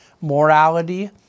morality